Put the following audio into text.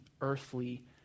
earthly